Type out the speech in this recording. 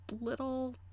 little